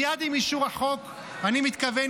מייד עם אישור החוק אני מתכוון,